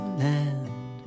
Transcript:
land